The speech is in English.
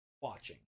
watching